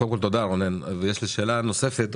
קודם כל תודה רונן, ויש לי שאלה נוספת.